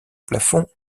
plafond